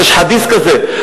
יש חדית' כזה.